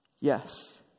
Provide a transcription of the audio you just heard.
Yes